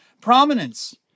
prominence